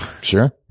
Sure